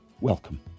Welcome